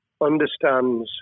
understands